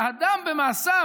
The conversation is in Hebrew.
האדם במעשיו,